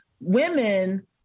women